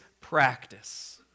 practice